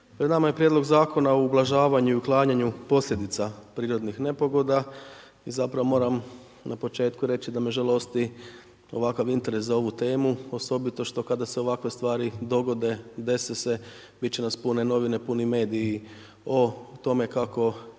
Pred nama je prijedlog Zakona o ublažavanju i uklanjanju posljedica prirodnih nepogoda i zapravo moram na početku reći da me žalosti ovakav interes za ovu temu, osobito što kada se ovakve stvari dogode, dese se, bit će nas pune novine, puni mediji o tome kako nešto